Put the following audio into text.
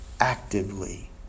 actively